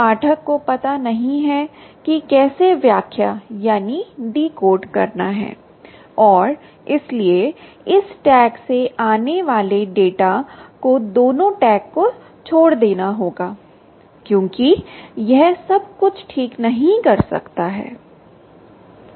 पाठक को पता नहीं है कि कैसे व्याख्या करना है और इसलिए इस टैग से आने वाले डेटा को दोनों टैग को छोड़ देना होगा क्योंकि यह सब कुछ ठीक नहीं कर सकता है ठीक है